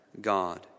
God